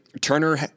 Turner